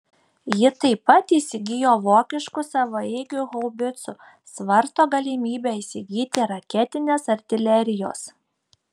ji taip pat įsigijo vokiškų savaeigių haubicų svarsto galimybę įsigyti raketinės artilerijos